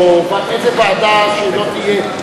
או איזו ועדה שלא תהיה,